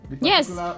Yes